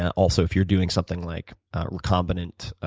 also, if you're doing something like recombinant